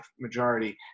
majority